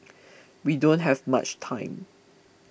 we don't have much time